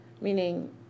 Meaning